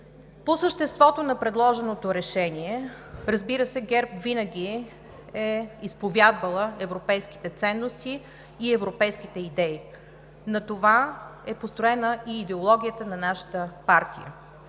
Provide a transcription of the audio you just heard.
По съществото на предложеното решение. Разбира се, ГЕРБ винаги е изповядвала европейските ценности и европейските идеи. На това е построена и идеологията на нашата партия,